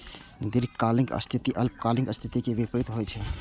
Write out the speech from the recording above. दीर्घकालिक स्थिति अल्पकालिक स्थिति के विपरीत होइ छै